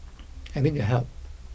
I need your help